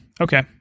okay